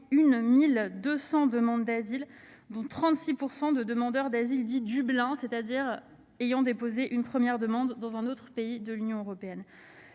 121 200 demandes d'asile, dont 36 % de demandeurs d'asile dits Dublin, c'est-à-dire ayant déposé une première demande dans un autre pays de l'Union européenne.